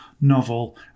novel